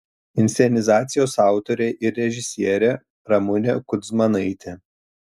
inscenizacijos autorė ir režisierė ramunė kudzmanaitė